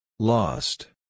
Lost